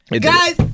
Guys